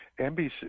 NBC